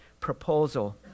proposal